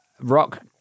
rock